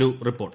ഒരു റിപ്പോർട്ട്